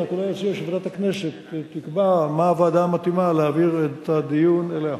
אני רק אומר שוועדת הכנסת תקבע מה הוועדה המתאימה להעביר את הדיון אליה.